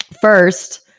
first